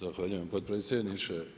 Zahvaljujem potpredsjedniče.